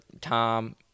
Tom